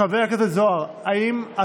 קבוצת סיעת ש"ס, חברי הכנסת אריה מכלוף